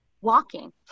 walking